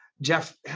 Jeff